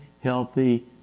healthy